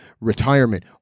retirement